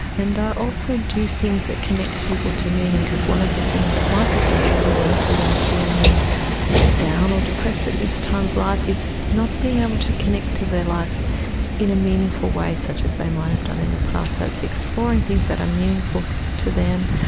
and i also do things that connect people to meaning because one of the things that might be contributing to them feeling down or depressed at this time of life is not being able to connect to their life in a meaningful way such as they might have done in the past. so ah it's exploring things that are meaningful to them,